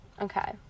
Okay